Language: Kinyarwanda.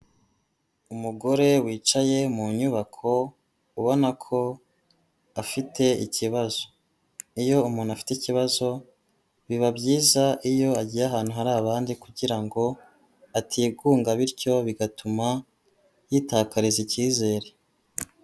Umugore wicaye mu nyubako ubona ko afite ikibazo, iyo umuntu afite ikibazo biba byiza iyo agiye ahantu hari abandi kugira ngo atigunga bityo bigatuma yitakariza icyizere.